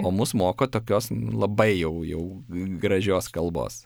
o mus moko tokios labai jau jau gražios kalbos